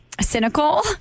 cynical